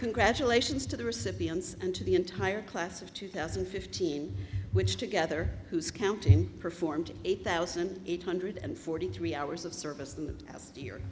congratulations to the recipients and to the entire class of two thousand and fifteen which together who's counting performed eight thousand eight hundred and forty three hours of service in the past year